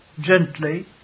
gently